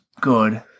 good